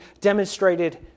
demonstrated